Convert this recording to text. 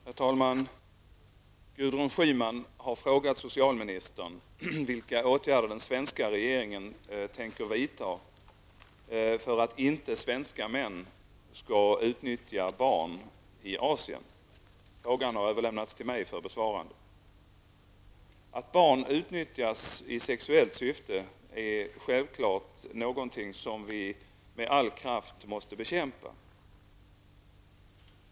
Herr talman! Gudrun Schyman har frågat socialministern vilka åtgärder svenska regeringen tänker vidta för att inte svenska män skall utnyttja barn i Asien. Frågan har överlämnats till mig för besvarande. Att barn utnyttjas i sexuellt syfte är självklart någonting som vi med all kraft måste bekämpa.